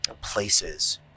places